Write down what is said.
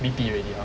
B_P already ah